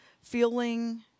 feeling